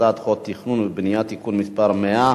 הצעת חוק התכנון והבנייה (תיקון מס' 100)